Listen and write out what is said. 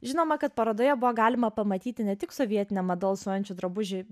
žinoma kad parodoje buvo galima pamatyti ne tik sovietine mada alsuojančių drabužių